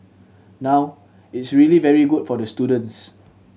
now it's really very good for the students